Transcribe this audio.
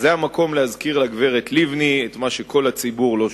אז זה המקום להזכיר לגברת לבני את מה שכל הציבור לא שוכח,